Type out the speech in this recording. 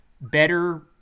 better